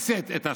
רומסת את השבת,